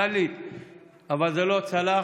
אבל זה לא צלח.